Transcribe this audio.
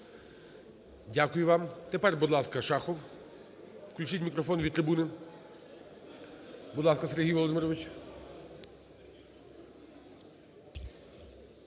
Дякую вам. Тепер, будь ласка, Шахов. Включіть мікрофон від трибуни. Будь ласка, Сергій Володимирович.